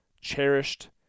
cherished